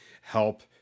help